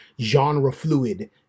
genre-fluid